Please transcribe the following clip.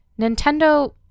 Nintendo